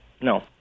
No